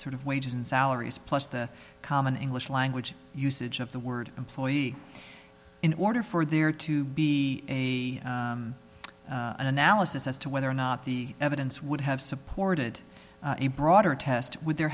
sort of wages and salaries plus the common english language usage of the word employee in order for there to be a analysis as to whether or not the evidence would have supported a broader test would there